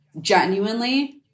genuinely